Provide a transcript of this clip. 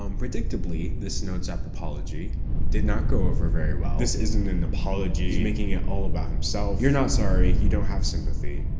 um predictably this notes app apology did not go over very well. this isn't an apology? he's making it all about himself. you're not sorry, you don't have sympathy.